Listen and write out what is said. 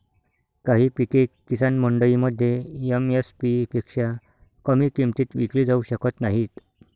काही पिके किसान मंडईमध्ये एम.एस.पी पेक्षा कमी किमतीत विकली जाऊ शकत नाहीत